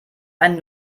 ein